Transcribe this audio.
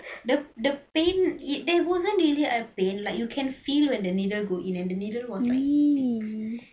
the the pain it there wasn't really a pain like you can feel when the needle go in and the needle was like thick